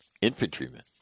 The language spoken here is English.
infantrymen